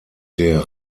der